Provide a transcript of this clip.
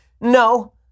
No